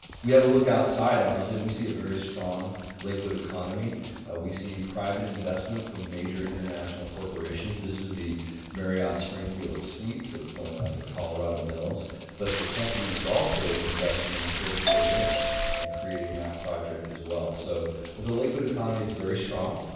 we have a look outside obviously and we see a very strong liquid economy we see private investment from major international corporations this is the marriott springfield suites that's going up at colorado mills but the company is also investing in the fairfield inn and creating that project as well so the liquid economy is very strong.